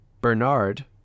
Bernard